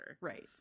Right